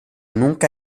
nunca